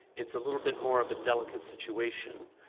it's a little bit more of a delicate situation.